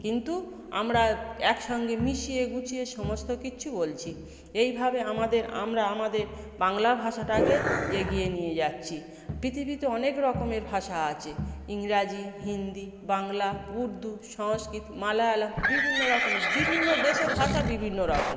কিন্তু আমরা এক সঙ্গে মিশিয়ে গুছিয়ে সমস্ত কিছু বলছি এই ভাবে আমাদের আমরা আমাদের বাংলা ভাষাটাকে এগিয়ে নিয়ে যাচ্ছি পৃথিবীতে অনেক রকমের ভাষা আছে ইংরাজি হিন্দি বাংলা উর্দু সংস্কৃত মালায়ালম বিভিন্ন রকম বিভিন্ন দেশের ভাষা বিভিন্ন রকম